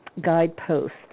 guideposts